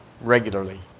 regularly